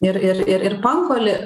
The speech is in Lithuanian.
ir ir ir ir pankolį